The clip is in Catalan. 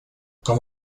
com